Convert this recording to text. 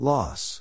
Loss